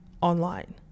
online